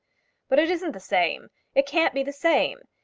but it isn't the same it can't be the same.